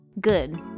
Good